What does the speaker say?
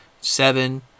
seven